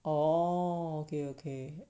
oh okay okay